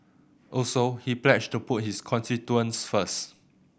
also he pledged to put his constituents first